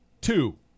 Two